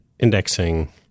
Indexing